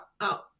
out